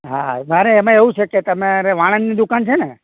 હા મારે એમાં એવું છે કે તમારે વાળંદની દુકાન છે ને